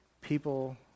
people